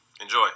Enjoy